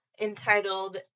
entitled